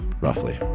roughly